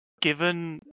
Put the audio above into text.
given